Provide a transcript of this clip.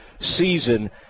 season